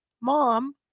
Mom